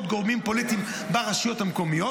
גורמים פוליטיים ברשויות המקומיות,